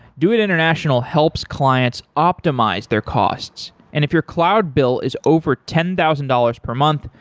doit international helps clients optimize their costs, and if your cloud bill is over ten thousand dollars per month,